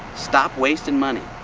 stop wasting money,